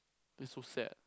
this is so sad